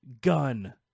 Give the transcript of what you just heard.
gun